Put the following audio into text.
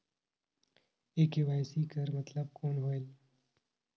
ये के.वाई.सी कर मतलब कौन होएल?